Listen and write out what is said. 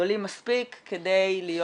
גדולים מספיק כדי להיות